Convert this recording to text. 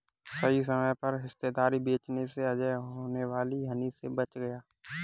सही समय पर हिस्सेदारी बेचने से अजय होने वाली हानि से बच गया